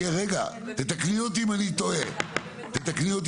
תתקני אותי אם אני טועה מירה,